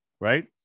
right